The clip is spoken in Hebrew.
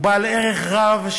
הוא בעל ערך רב,